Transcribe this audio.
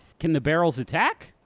can the barrels attack?